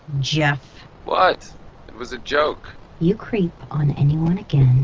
geoff what? it was a joke you creep on anyone again,